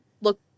look